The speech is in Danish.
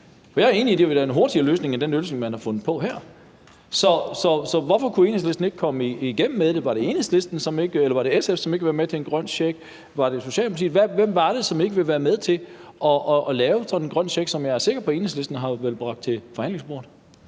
jeg er enig i, at det var da en hurtigere løsning end den løsning, man har fundet på her. Så hvorfor kunne Enhedslisten ikke komme igennem med det? Var det Enhedslisten, eller var det SF, som ikke ville være med til en grøn check? Var det Socialdemokratiet? Hvem var det, som ikke ville være med til at lave sådan en grøn check, som er noget, jeg er sikker på at Enhedslisten har bragt til forhandlingsbordet?